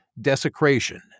desecration